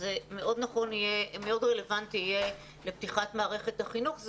זה מאוד רלוונטי יהיה לפתיחת מערכת החינוך.